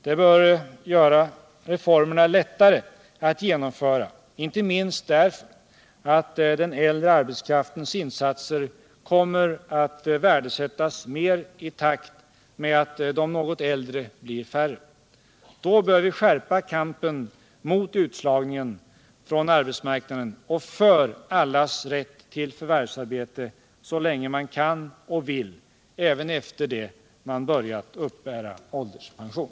Det bör göra reformerna lättare att genomföra — inte minst därför att den äldre arbetskraftens insatser kommer att värdesättas mer i takt med att de något äldre blir färre. Då bör vi skärpa kampen mot utslagningen från arbetsmarknaden och för allas rätt till förvärvsarbete så länge man kan och vill — även efter det man har börjat uppbära ålderspension.